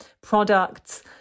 products